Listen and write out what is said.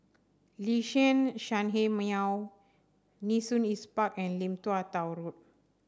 Liuxun Sanhemiao Nee Soon East Park and Lim Tua Tow Road